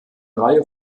reihe